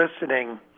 listening